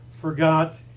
forgot